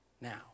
now